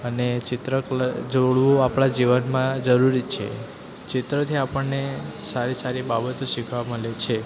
અને ચિત્ર કલા જોડવું આપણા જીવનમાં જરૂરી છે ચિત્રથી આપણને સારી સારી બાબતો શીખવા મળે છે